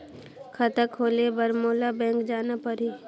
खाता खोले बर मोला बैंक जाना परही?